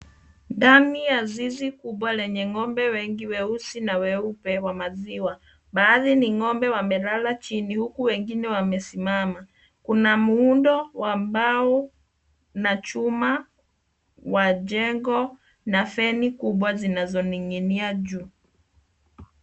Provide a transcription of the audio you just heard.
Ndani ya zizi kubwa lenye ng'ombe wengi weusi na weupe wa maziwa. baadhi ni ng'ombe wamelala chini huku wengine wamesimama. kuna muundo wa mbao na chuma wa jengo na feni kubwa zinazoning'inia juu.